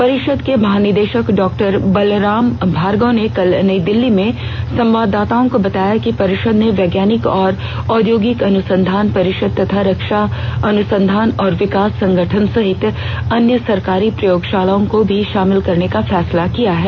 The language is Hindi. परिषद के महानिदेशक डॉ बलराम भार्गव ने कल नई दिल्ली में संवाददाताओं को बताया कि परिषद ने वैज्ञानिक और औद्योगिक अनुसंधान परिषद तथा रक्षा अनुसंधान और विकास संगठन सहित अन्य सरकारी प्रयोगशालाओं को भी शामिल करने का फैसला किया है